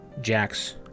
Jax